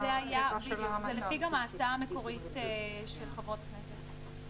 זה לפי ההצעה המקורית של חברות הכנסת.